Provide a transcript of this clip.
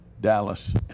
Dallas